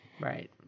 Right